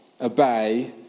obey